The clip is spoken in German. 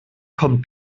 kommt